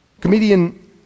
Comedian